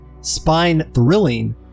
spine-thrilling